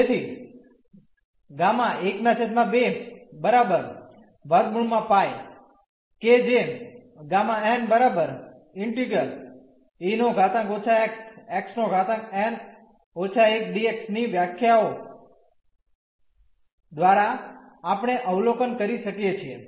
તેથી કે જે Γ ∫ e−x xn−1 dx ની વ્યાખ્યાઓ દ્વારા આપણે અવલોકન કરી શકીએ છીએ